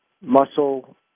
muscle